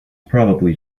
probably